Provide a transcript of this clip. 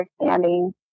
understanding